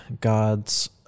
God's